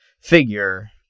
figure